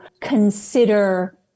consider